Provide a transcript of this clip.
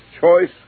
choice